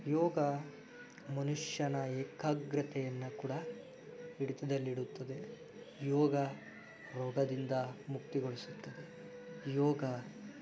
ಯೋಗ ಮನುಷ್ಯನ ಏಕಾಗ್ರತೆಯನ್ನು ಕೂಡ ಹಿಡಿತದಲ್ಲಿಡುತ್ತದೆ ಯೋಗ ರೋಗದಿಂದ ಮುಕ್ತಿಗೊಳಿಸುತ್ತದೆ ಯೋಗ